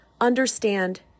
understand